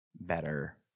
better